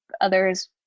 others